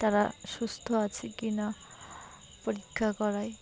তারা সুস্থ আছে কি না পরীক্ষা করাই